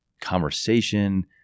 conversation